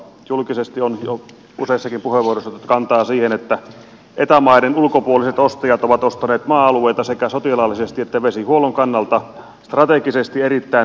julkisesti on jo useissakin puheenvuoroissa otettu kantaa siihen että eta maiden ulkopuoliset ostajat ovat ostaneet maa alueita sekä sotilaallisesti että vesihuollon kannalta strategisesti erittäin tärkeiltä paikoilta